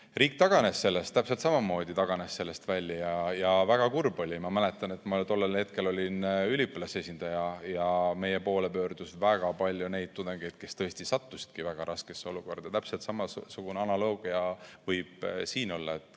Riik taganes sellest täpselt samamoodi. Väga kurb oli. Ma mäletan seda, ma tollel hetkel olin üliõpilasesindaja ja meie poole pöördus väga palju tudengeid, kes tõesti sattusidki väga raskesse olukorda. Täpselt samasugune analoogia võib siin olla.